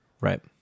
Right